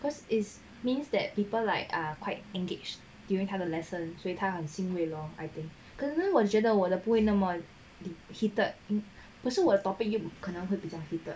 cause it means that people like are quite engaged during 他的 lesson 所以他很欣慰 lor I think 可是我觉得我的不会那么 heated 可是我的 topic 有可能会比较 heated